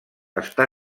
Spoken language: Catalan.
està